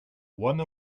one